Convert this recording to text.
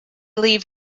leave